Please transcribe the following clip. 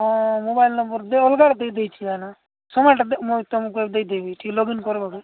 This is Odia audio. ହଁ ମୋବାଇଲ ନମ୍ବର ଯେ ଅଲଗା ଦେଇ ଦେଇଛିି ଭାଇନା ସମୟଟା ମୁଁ ତୁମକୁ ଦେଇଦେବି ଟିକେ ଲଗଇନ କରିବକି